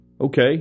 Okay